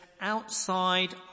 Outside